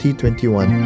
2021